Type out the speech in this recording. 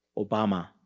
obama.